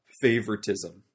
favoritism